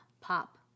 pop